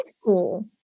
school